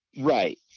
Right